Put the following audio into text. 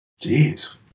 Jeez